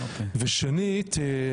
ושנית,